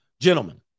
Gentlemen